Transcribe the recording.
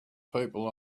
people